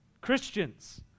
Christians